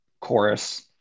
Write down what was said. chorus